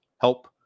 help